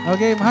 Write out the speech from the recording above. Okay